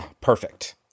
perfect